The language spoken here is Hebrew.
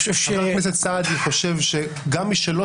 חבר הכנסת סעדי חושב שגם מי שלא